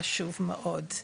חשוב מאוד.